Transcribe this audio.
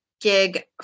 gig